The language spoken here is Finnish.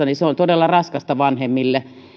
niin se on todella raskasta vanhemmille